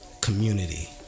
Community